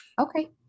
Okay